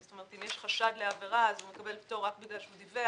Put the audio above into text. ואם יש חשד לעבירה הוא מקבל פטור רק בגלל שהוא דיווח.